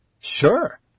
Sure